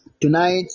Tonight